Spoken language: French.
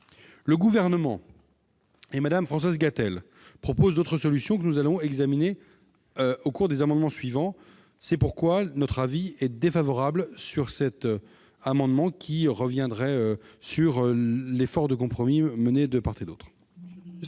Le Gouvernement et Mme Françoise Gatel proposent d'autres solutions, que nous allons examiner au travers des amendements suivants. La commission émet un avis défavorable sur cet amendement qui revient sur l'effort de compromis mené de part et d'autre.